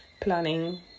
planning